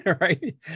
right